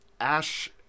Ash